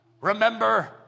remember